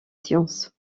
sciences